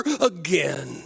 again